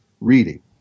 reading